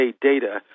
data